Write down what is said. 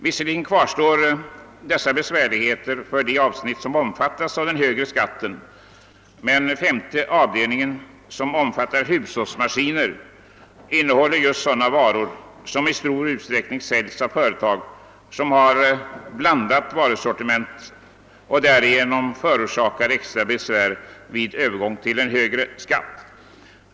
Visserligen kvarstår dessa nackdelar för de avsnitt som kommer att beröras av skattehöjningen, men punkten 5, hushållsmaskiner, avser just varor som i stor utsträckning säljs av företag med blandat varusortiment och som därigenom förorsakar extra besvär vid övergång till en högre skatt.